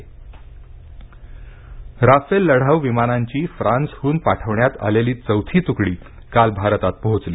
Rafale Rafale लढाऊ विमानांची फ्रान्सहून पाठवण्यात आलेली चौथी तुकडी काल भारतात पोहोचली